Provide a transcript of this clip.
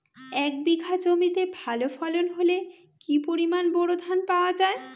এক বিঘা জমিতে ভালো ফলন হলে কি পরিমাণ বোরো ধান পাওয়া যায়?